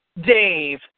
Dave